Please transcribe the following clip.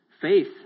faith